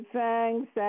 thanks